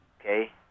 okay